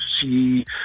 see